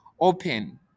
open